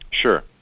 Sure